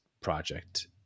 project